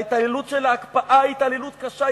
ההתעללות של ההקפאה היא התעללות קשה,